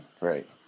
Right